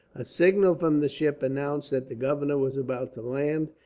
a signal from the ship announced that the governor was about to land,